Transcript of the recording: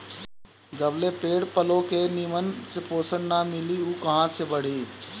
जबले पेड़ पलो के निमन से पोषण ना मिली उ कहां से बढ़ी